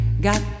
got